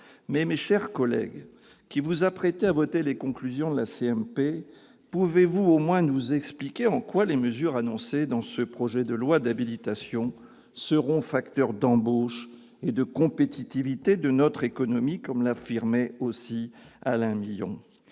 ! Mes chers collègues, vous qui vous apprêtez à voter les conclusions de la CMP, pouvez-vous au moins nous expliquer en quoi les mesures annoncées dans ce projet de loi d'habilitation seront facteurs d'embauches et « de compétitivité de notre économie », comme l'affirmait aussi Alain Milon ?